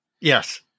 Yes